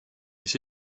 this